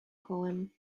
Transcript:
kołem